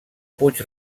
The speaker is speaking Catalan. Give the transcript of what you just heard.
puig